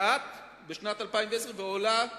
לאט בשנת 2010 ועולה ומתגברת,